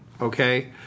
Okay